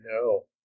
No